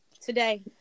today